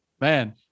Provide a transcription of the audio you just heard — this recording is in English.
Man